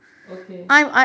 okay